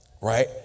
right